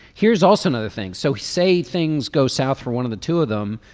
here's also another thing. so say things go south for one of the two of them.